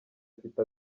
afite